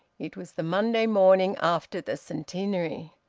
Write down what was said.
it was the monday morning after the centenary.